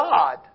God